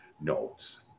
notes